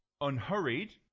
unhurried